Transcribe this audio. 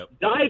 dive